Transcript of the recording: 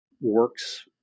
works